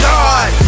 God